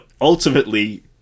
ultimately